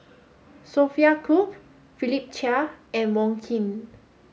Sophia Cooke Philip Chia and Wong Keen